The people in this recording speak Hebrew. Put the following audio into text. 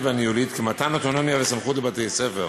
והניהולית שמתן אוטונומיה וסמכות לבתי-הספר